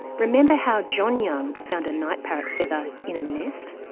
remember how john young found a night parrot feather in a nest?